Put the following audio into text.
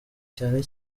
cyane